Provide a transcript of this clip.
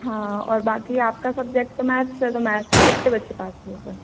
हाँ और बाक़ी आपका सब्जेक्ट तो मैथ्स है तो मैथ्स में कितने बच्चे पास हुए फिर